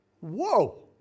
Whoa